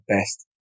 best